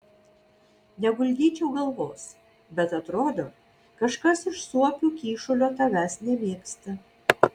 neguldyčiau galvos bet atrodo kažkas iš suopių kyšulio tavęs nemėgsta